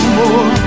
more